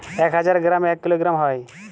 এক হাজার গ্রামে এক কিলোগ্রাম হয়